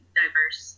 diverse